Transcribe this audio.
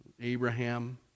Abraham